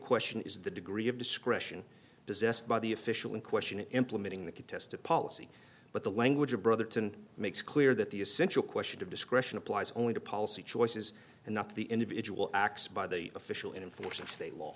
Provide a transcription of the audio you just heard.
question is the degree of discretion possessed by the official in question implementing the contested policy but the language of brotherton makes clear that the essential question of discretion applies only to policy choices and not the individual acts by the official in force of state law